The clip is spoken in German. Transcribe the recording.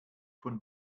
von